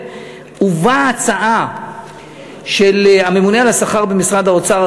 הובאה הצעה של הממונה על השכר במשרד האוצר,